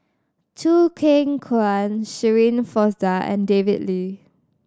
Choo Keng Kwang Shirin Fozdar and David Lee